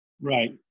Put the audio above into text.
Right